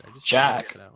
Jack